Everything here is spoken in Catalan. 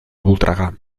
voltregà